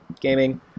gaming